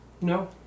No